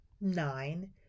nine